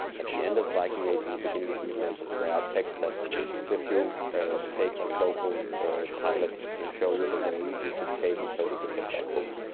at the end of the viking age, in the beginning of the middle ages, there are texts that if you take a local pilot to show you the way, you should pay him, so he could get back home,